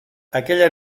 aquella